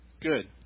good